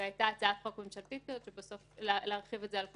והייתה הצעת חוק ממשלתית כזאת להרחיב את זה על כולם,